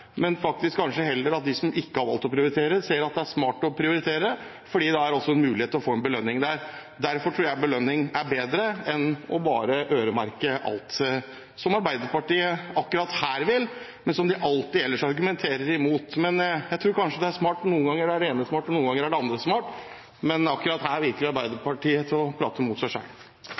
men kanskje heller dem som ikke har valgt å prioritere, så de kan se at det er smart å prioritere, fordi det gir mulighet for belønning. Derfor tror jeg belønning er bedre enn bare å øremerke alt, som Arbeiderpartiet akkurat her vil, men som de alltid ellers argumenterer imot. Jeg tror kanskje at noen ganger er det ene smart, og noen ganger er det andre smart. Men akkurat synes Arbeiderpartiet å prate mot seg